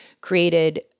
created